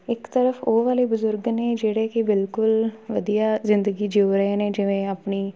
ਇੱਕ ਤਰਫ ਉਹ ਵਾਲੇ ਬਜ਼ੁਰਗ ਨੇ ਜਿਹੜੇ ਕਿ ਬਿਲਕੁਲ ਵਧੀਆ ਜ਼ਿੰਦਗੀ ਜਿਓ ਰਹੇ ਨੇ ਜਿਵੇਂ ਆਪਣੀ